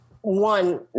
one